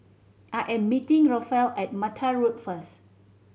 I am meeting Rafael at Mattar Road first